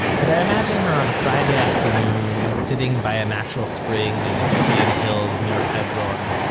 but i imagine her on a friday afternoon, sitting by a natural spring in the judean hills near hebron,